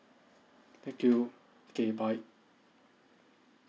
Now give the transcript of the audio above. thank you okay bye